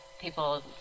people